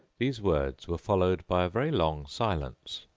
these words were followed by a very long silence,